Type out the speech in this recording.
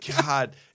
God